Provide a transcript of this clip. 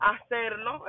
Hacerlo